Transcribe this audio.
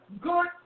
good